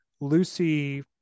Lucy